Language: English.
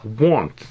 want